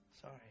Sorry